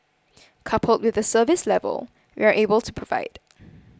coupled with the service level we are able to provide